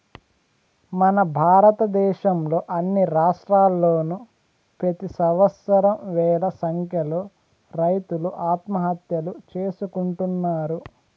మన భారతదేశంలో అన్ని రాష్ట్రాల్లోనూ ప్రెతి సంవత్సరం వేల సంఖ్యలో రైతులు ఆత్మహత్యలు చేసుకుంటున్నారు